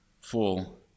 full